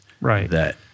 right